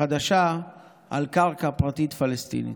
חדשה על קרקע פרטית פלסטינית,